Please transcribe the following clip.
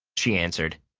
she answered.